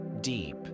deep